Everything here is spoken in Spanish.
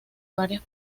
varias